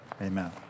Amen